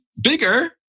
bigger